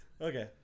Okay